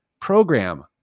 program